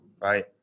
right